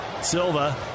Silva